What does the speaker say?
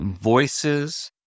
voices